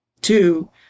Two